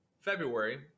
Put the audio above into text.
february